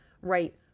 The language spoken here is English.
right